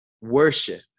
worship